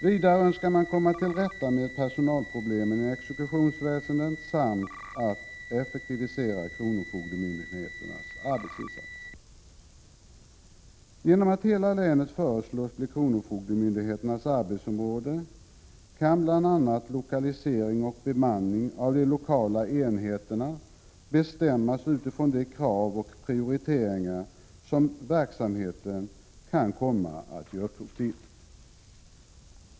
Vidare önskar man komma till rätta med personalproblemen i exekutionsväsendet samt effektivisera kronofogdemyndigheternas arbetsinsatser. Genom att hela länet föreslås bli kronofogdemyndigheternas arbetsområde kan bl.a. lokalisering och bemanning av de lokala enheterna bestämmas utifrån de krav och prioriteringar som verksamheten kan komma att ge upphov till.